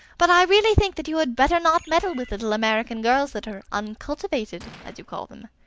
but i really think that you had better not meddle with little american girls that are uncultivated, as you call them.